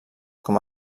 com